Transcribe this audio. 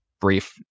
brief